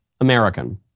American